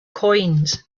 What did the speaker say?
coins